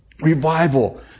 revival